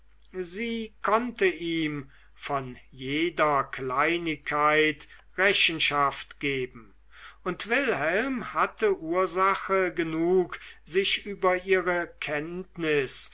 sie konnte ihm von jeder kleinigkeit rechenschaft geben und wilhelm hatte ursache genug sich über ihre kenntnis